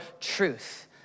truth